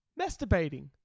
Masturbating